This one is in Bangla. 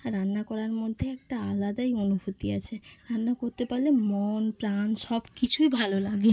আর রান্না করার মধ্যে একটা আলাদাই অনুভূতি আছে রান্না করতে পারলে মন প্রাণ সব কিছুই ভালো লাগে